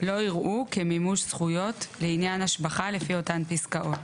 לא ייראו כמימוש זכויות לעניין השבחה לפי אותן פסקאות,